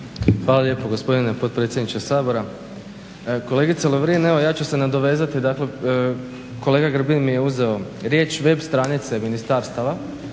Hvala lijepo gospodine potpredsjedniče Sabora. Kolegice Lovrin, evo ja ću se nadovezati dakle kolega Grbin mi je uzeo riječ, web stranice ministarstava